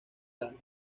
las